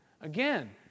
Again